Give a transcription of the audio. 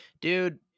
dude